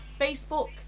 Facebook